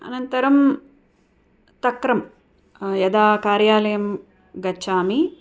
अनन्तरं तक्रं यदा कार्यालयं गच्छामि